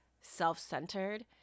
self-centered